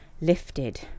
lifted